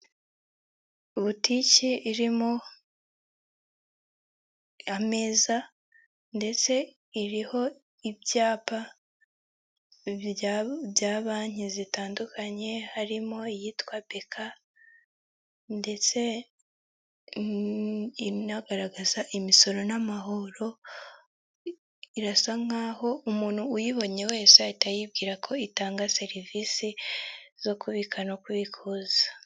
Inama ikoranyije abantu benshi batandukanye bafite inshingano zitandukanye mu rwego rwa leta bambaye imyambaro itandukanye harimo amakote abandi na mama, abandi ni abapapa, harimo abakuze n'abatoya.